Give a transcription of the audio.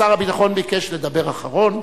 שר הביטחון ביקש לדבר אחרון,